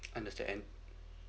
understand